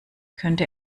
könnte